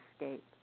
escape